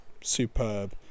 superb